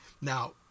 Now